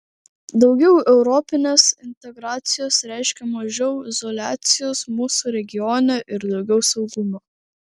daugiau europinės integracijos reiškia mažiau izoliacijos mūsų regione ir daugiau saugumo